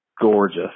gorgeous